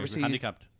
handicapped